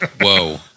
Whoa